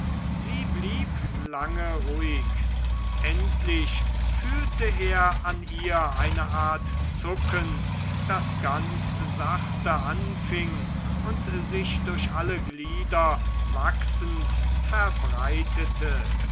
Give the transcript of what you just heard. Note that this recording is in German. sie blieb lange ruhig endlich fühlte er an ihr eine art zucken das ganz sachte anfing und sich durch alle glieder wachsend verbreitete